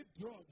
drug